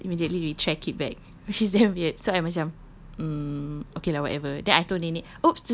ya she will just immediately retract it back which is damn weird so I macam mm okay lah whatever then I told nenek